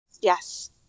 Yes